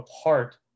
apart